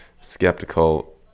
skeptical